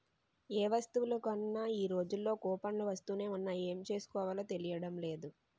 ఏ వస్తువులు కొన్నా ఈ రోజుల్లో కూపన్లు వస్తునే ఉన్నాయి ఏం చేసుకోవాలో తెలియడం లేదు